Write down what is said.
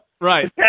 Right